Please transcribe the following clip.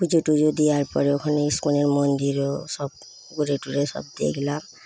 পুজো টুজো দেওয়ার পর ওইখানে ইস্কনের মন্দিরও সব ঘুরে টুরে সব দেখলাম